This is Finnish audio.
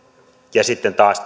ja sitten taas